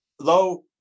low